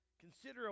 Consider